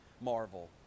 marvel